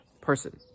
person